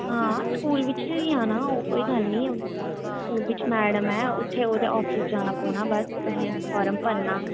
हां स्कूल बिच्च बी होई जाना ओह् कोई गल्ल नेईं स्कूल बिच्च मैडम ऐ उत्थे ओह्दे आफिस जाना पौना बस तुसें फार्म भरना